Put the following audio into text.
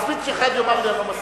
מספיק שאחד יאמר לי: אני לא מסכים,